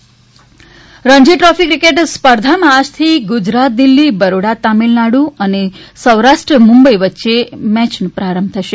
Ranji Ranji trophy cricket સ્પર્ધામાં આજથી ગુજરાત દિલ્હી બરોડા તમિલનાડુ અને સૌરાષ્ટ્ર મુંબઇ વચ્ચે મેચ રમાશે